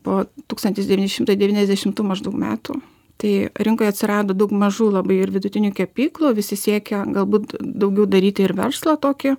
po tūkstantis devyni šimtai devyniasdešimtų maždaug metų tai rinkoj atsirado daug mažų labai ir vidutinių kepyklų visi siekė galbūt daugiau daryti ir verslą tokį